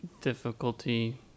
difficulty